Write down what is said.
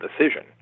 decision